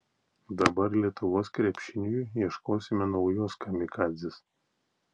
dabar lietuvos krepšiniui ieškosime naujos kamikadzės